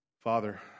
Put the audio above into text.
Father